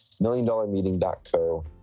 milliondollarmeeting.co